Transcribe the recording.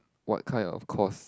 what kind of course